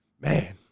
man